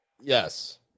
Yes